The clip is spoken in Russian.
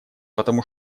потому